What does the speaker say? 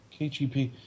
kgp